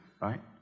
right